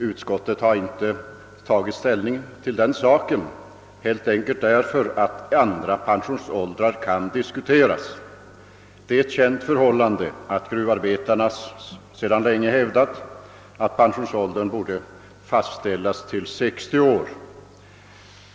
Utskottet har inte tagit ställning till detta helt enkelt därför att andra pensionsåldersgränser kan diskuteras. Det är ett känt förhållande att gruvarbetarna sedan länge hävdat, att deras pensionsålder borde fastställas till 60 år.